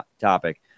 topic